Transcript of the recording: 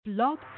Blog